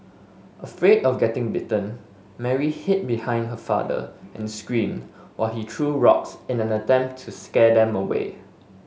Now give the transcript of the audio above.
afraid of getting bitten Mary hid behind her father and screamed while he threw rocks in an attempt to scare them away